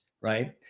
right